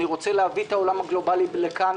אני רוצה להביא את העולם הגלובלי לכאן,